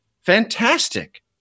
fantastic